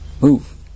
Move